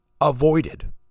avoided